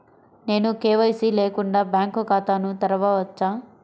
నేను కే.వై.సి లేకుండా బ్యాంక్ ఖాతాను తెరవవచ్చా?